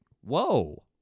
whoa